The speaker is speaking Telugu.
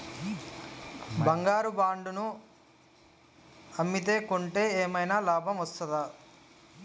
బంగారు బాండు ను అమ్మితే కొంటే ఏమైనా లాభం వస్తదా?